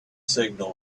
signal